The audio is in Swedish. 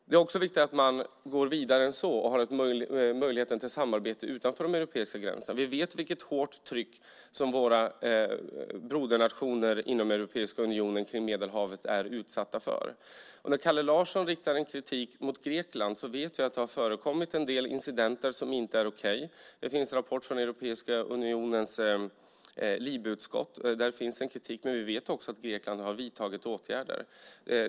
Det är också viktigt att gå vidare än så och ha möjlighet till samarbete utanför de europeiska gränserna. Vi vet vilket hårt tryck som de av våra brodernationer inom Europeiska unionen som ligger vid Medelhavet är utsatta för. När Kalle Larsson riktar kritik mot Grekland vet vi att det har förekommit en del incidenter som inte är okej. Det finns en rapport från Europeiska unionens LIBE-utskott. Där finns en kritik. Men vi vet också att Grekland har vidtagit åtgärder.